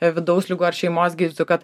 vidaus ligų ar šeimos gydytoju kad